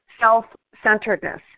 self-centeredness